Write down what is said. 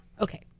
Okay